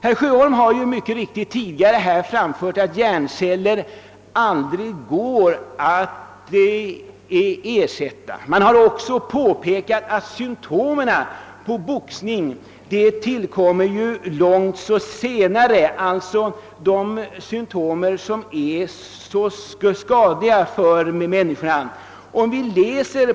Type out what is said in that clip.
Herr Sjöholm har mycket riktigt tidigare framhållit att skadade hjärnceller aldrig kan ersättas med nya. I debatten har också påpekats, att symptom på skador som tillfogats boxare kan visa sig först långt senare — det är alltså dessa symptom som är synnerligen farliga för den skadade.